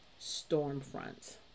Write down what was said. Stormfront